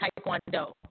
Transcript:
Taekwondo